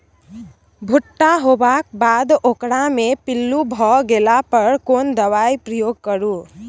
भूट्टा होबाक बाद ओकरा मे पील्लू भ गेला पर केना दबाई प्रयोग करू?